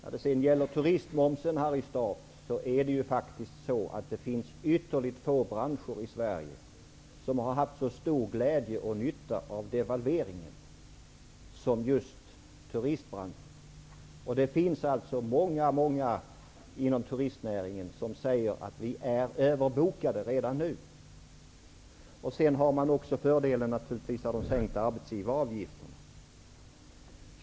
Vidare har vi turistmomsen, Harry Staaf. Det finns ytterligt få branscher i Sverige som har haft så stor glädje och nytta av devalveringen som just turistbranschen. Det finns många inom turistnäringen som säger att de redan nu är överbokade. De har naturligtvis också fördelen av de sänkta arbetsgivaravgifterna.